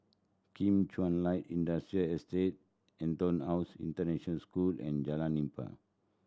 Kim Chuan Light Industrial Estate EtonHouse International School and Jalan Nipah